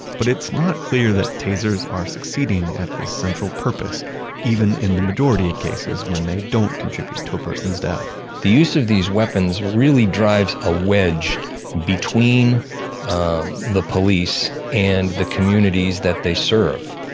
but it's not clear that tasers are succeeding at this central purpose even in the majority of cases when they don't contribute to a person's death the use of these weapons really drives a wedge and between um the police and the communities that they serve.